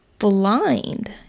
blind